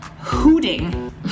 hooting